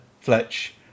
Fletch